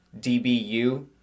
DBU